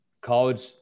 College